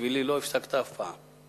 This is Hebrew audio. בשבילי לא הפסקת אף פעם,